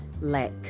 lack